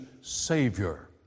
Savior